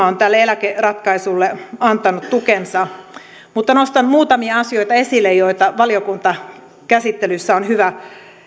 on tälle eläkeratkaisulle antanut tukensa mutta nostan esille muutamia asioita joita valiokuntakäsittelyssä on hyvä